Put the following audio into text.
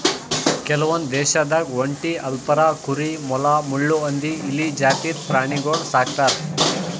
ಕೆಲವೊಂದ್ ದೇಶದಾಗ್ ಒಂಟಿ, ಅಲ್ಪಕಾ ಕುರಿ, ಮೊಲ, ಮುಳ್ಳುಹಂದಿ, ಇಲಿ ಜಾತಿದ್ ಪ್ರಾಣಿಗೊಳ್ ಸಾಕ್ತರ್